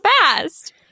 fast